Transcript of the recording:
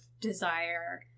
desire